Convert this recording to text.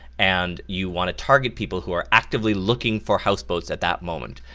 and you want to target people who are actively looking for houseboats at that moment.